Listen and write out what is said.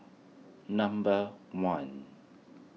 number one